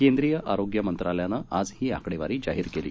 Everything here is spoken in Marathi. केंद्रीय आरोग्य मंत्रालयाने आज ही आकडेवारी जाहीर केली